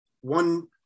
one